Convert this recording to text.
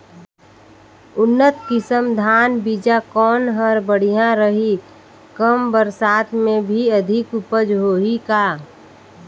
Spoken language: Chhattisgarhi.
उन्नत किसम धान बीजा कौन हर बढ़िया रही? कम बरसात मे भी अधिक उपज होही का?